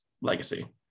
legacy